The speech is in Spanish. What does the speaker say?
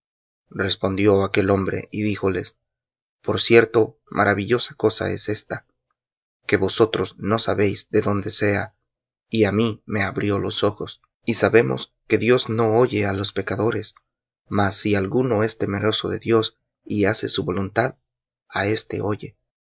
respondió aquel hombre y díjoles por cierto maravillosa cosa es ésta que vosotros no sabéis de dónde sea y me abrió los ojos y sabemos que dios no oye á los pecadores mas si alguno es temeroso de dios y hace su voluntad á éste oye